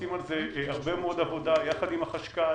עושים על זה הרבה מאוד עבודה יחד עם החשכ"ל,